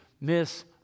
miss